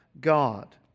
God